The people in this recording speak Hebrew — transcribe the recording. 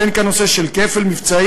אין כאן נושא של כפל מבצעים,